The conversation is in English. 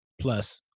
Plus